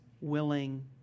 willing